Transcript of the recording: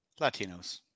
Latinos